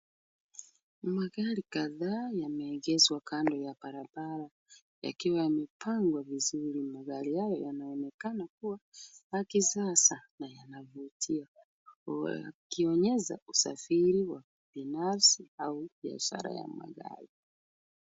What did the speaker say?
Magari kadhaa yameegeshwa kando ya barabara yakiwa yamepangwa vizuri. Magari hayo yanaonekana kuwa ya kisasa na yanavutia yakionyesha usafiri wa binafsi au biashara ya magari.